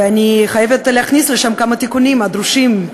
ואני חייבת להכניס לשם כמה תיקונים דרושים,